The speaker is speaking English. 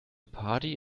party